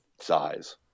size